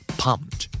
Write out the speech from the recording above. pumped